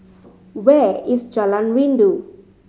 where is Jalan Rindu